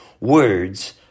Words